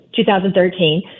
2013